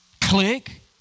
Click